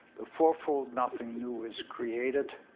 the four-fold, nothing new is created,